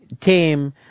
team